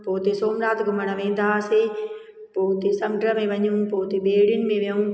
पोइ हुते सोमनाथ घुमण वेंदा हुआसीं पोइ हुते समंड में वञू पोइ हुते बेड़ियुनि में वयूं